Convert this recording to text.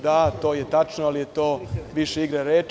Da, to je tačno, ali je to više igra reči.